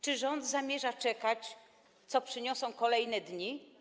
Czy rząd zamierza czekać na to, co przyniosą kolejne dni?